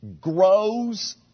grows